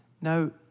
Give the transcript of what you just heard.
Now